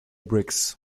bricks